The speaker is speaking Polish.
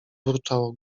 burczało